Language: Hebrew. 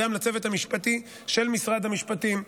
גם לצוות המשפטי של משרד המשפטים,